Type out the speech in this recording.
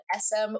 SM